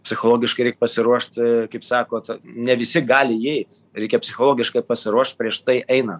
psichologiškai reik pasiruošt kaip sakot ne visi gali įeit reikia psichologiškai pasiruošt prieš tai eina